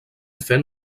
fent